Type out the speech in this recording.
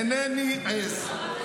אינני עז.